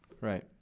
Right